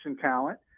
talent